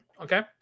Okay